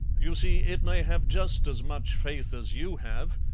you see, it may have just as much faith as you have,